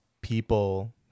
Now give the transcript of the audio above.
people